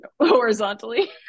horizontally